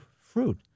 fruit